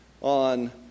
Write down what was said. on